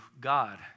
God